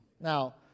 Now